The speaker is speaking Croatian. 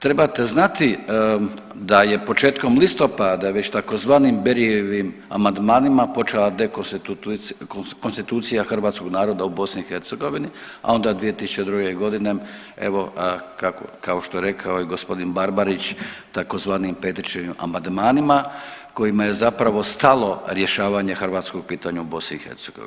Trebate znati da je početkom listopada već tzv. Berijevim amandmanima počela dekonstitucija hrvatskog naroda u BiH, a onda 2002. godine evo kao što je i rekao gospodin Barbarić tzv. Petrićevim amandmanima kojima je zapravo stalo rješavanje hrvatskog pitanja u BiH.